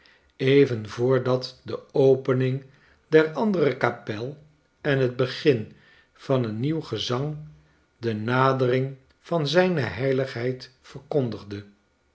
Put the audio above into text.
even voordat de opening der andere kapel en het begin van een nieuw gezang de nadering van zijne heiligheid verkondigde